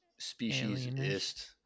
speciesist